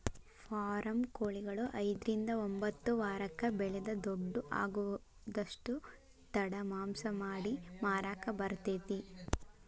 form ಕೊಳಿಗಳು ಐದ್ರಿಂದ ಒಂಬತ್ತ ವಾರಕ್ಕ ಬೆಳಿದ ದೊಡ್ಡು ಆಗುದಷ್ಟ ತಡ ಮಾಂಸ ಮಾಡಿ ಮಾರಾಕ ಬರತೇತಿ